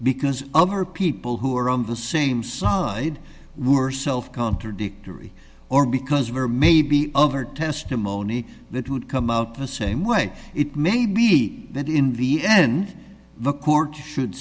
because other people who are on the same side were self contradictory or because of or maybe other testimony that would come out the same way it may be that in the end the courts should